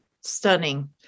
Stunning